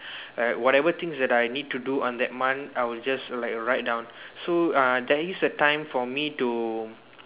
like whatever things that I need to do on that month I will just like write down so uh there is a time for me to